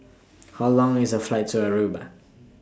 How Long IS The Flight to Aruba